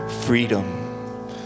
freedom